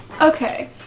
Okay